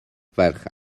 ferch